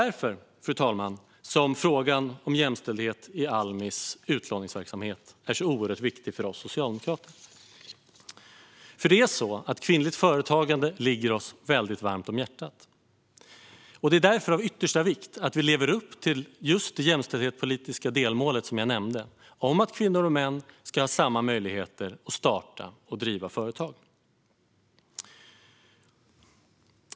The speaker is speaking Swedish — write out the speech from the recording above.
Därför är, fru talman, frågan om jämställdhet i Almis utlåningsverksamhet oerhört viktig för oss socialdemokrater. Kvinnligt företagande ligger oss nämligen väldigt varmt om hjärtat. Det är därför av yttersta vikt att vi lever upp till det jämställdhetspolitiska delmålet, som jag nämnde, om att kvinnor och män ska ha samma möjligheter att starta och driva företag.